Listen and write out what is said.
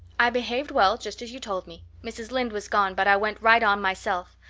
i behaved well, just as you told me. mrs. lynde was gone, but i went right on myself.